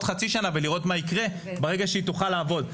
חצי שנה ולראות מה יקרה ברגע שהיא תוכל לעבוד.